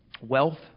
Wealth